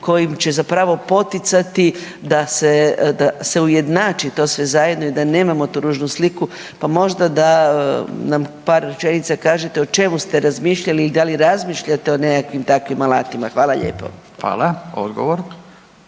kojim će zapravo poticati da se, da se ujednači sve to zajedno i da nemamo tu ružnu sliku pa možda nam par rečenica kažete o čemu ste razmišljali i da li razmišljate o nekakvim takvim alatima. Hvala lijepo. **Radin,